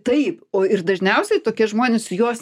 taip o ir dažniausiai tokie žmonės jos